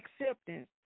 acceptance